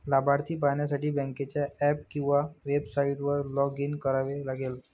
लाभार्थी पाहण्यासाठी बँकेच्या ऍप किंवा वेबसाइटवर लॉग इन करावे लागेल